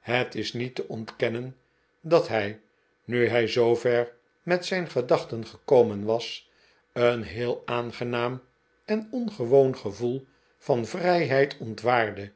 het is niet te ontkennen dat hij nu hij zoover met zijn gedachten gekomen was een heel aangenaam en ongewoon gevoel van vrijheid ontwaarde